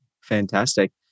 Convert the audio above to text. Fantastic